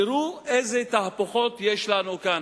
תראו איזה תהפוכות יש לנו כאן.